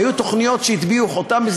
היו תוכניות שהטביעו חותם.